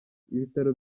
ibitaro